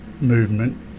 movement